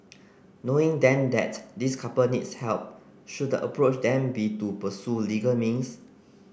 knowing then that this couple needs help should the approach then be to pursue legal means